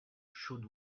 should